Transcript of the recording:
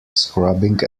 scrubbing